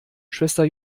schwester